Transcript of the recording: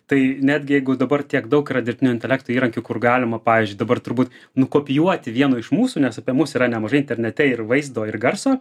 tai netgi jeigu dabar tiek daug yra dirbtinio intelekto įrankių kur galima pavyzdžiui dabar turbūt nukopijuoti vieno iš mūsų nes apie mus yra nemažai internete ir vaizdo ir garso